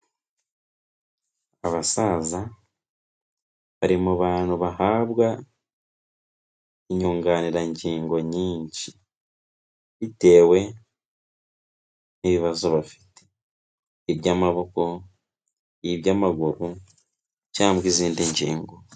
Abasaza bari mu bantu bahabwa inyunganirangingo nyinshi, bitewe n'ibibazo bafite, iby'amaboko iby'amaguru cyangwa izindi ngingo.